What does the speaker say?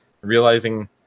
realizing